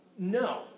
No